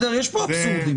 יש פה אבסורדים.